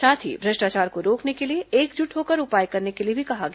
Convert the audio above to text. साथ ही भ्रष्टाचार को रोकने के लिए एकजुट होकर उपाए करने के लिए भी कहा गया